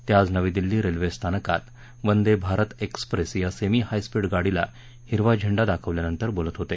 ते आज नवी दिल्ली रेल्वे स्थानकात वंदे भारत एक्सप्रेस या सेमी हायस्पीड गाडीला हिरवा झेंडा दाखवल्यानंतर बोलत होते